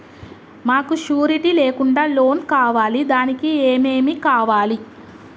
మాకు షూరిటీ లేకుండా లోన్ కావాలి దానికి ఏమేమి కావాలి?